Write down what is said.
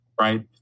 right